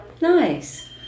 Nice